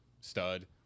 stud